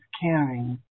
caring